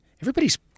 everybody's